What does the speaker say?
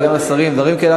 וגם לשרים: דברים כאלה,